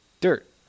Dirt